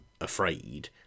afraid